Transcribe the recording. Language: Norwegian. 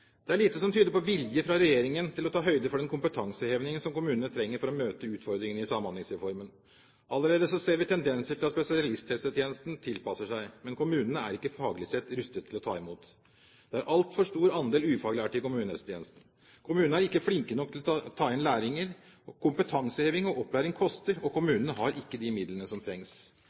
Det er lite som tyder på vilje fra regjeringens side til å ta høyde for den kompetansehevingen som kommunene trenger for å møte utfordringene i Samhandlingsreformen. Allerede ser vi tendenser til at spesialisthelsetjenesten tilpasser seg, men kommunene er faglig sett ikke rustet til å ta imot. Det er en altfor stor andel ufaglærte i kommunehelsetjenesten. Kommunene er ikke flinke nok til å ta inn lærlinger. Kompetanseheving og opplæring koster, og kommunene har ikke de midlene som trengs.